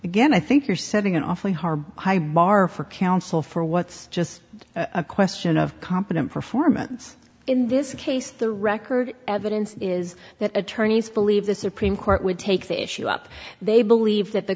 again i think you're setting an awfully hard high bar for counsel for what's just a question of competent performance in this case the record evidence is that attorneys believe the supreme court would take the issue up they believe that the